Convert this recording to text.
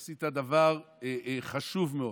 עשית דבר חשוב מאוד,